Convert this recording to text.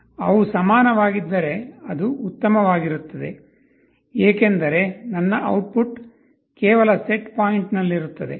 ಅವು ಸಮಾನವಾಗಿದ್ದರೆ ಅದು ಉತ್ತಮವಾಗಿರುತ್ತದೆ ಏಕೆಂದರೆ ನನ್ನ ಔಟ್ಪುಟ್ ಕೇವಲ ಸೆಟ್ ಪಾಯಿಂಟ್ನಲ್ಲಿರುತ್ತದೆ